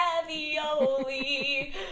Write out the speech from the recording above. ravioli